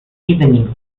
evening